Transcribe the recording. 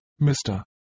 Mr